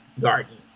garden